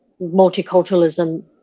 multiculturalism